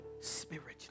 spiritually